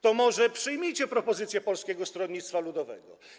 To może przyjmijcie propozycję Polskiego Stronnictwa Ludowego.